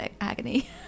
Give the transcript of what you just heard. agony